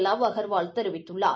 love Agarwal தெரிவித்துள்ளார்